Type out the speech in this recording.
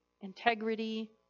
integrity